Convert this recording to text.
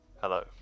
Hello